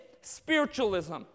spiritualism